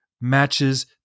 matches